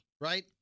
Right